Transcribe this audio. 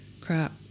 Crap